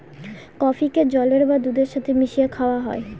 কফিকে জলের বা দুধের সাথে মিশিয়ে খাওয়া হয়